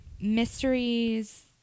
mysteries